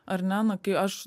ar ne nu kai aš